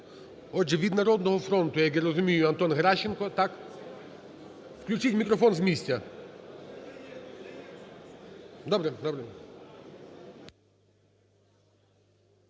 Отже, від "Народного фронту", як я розумію, Антон Геращенко. Так? Включіть мікрофон з місця. Добре, добре.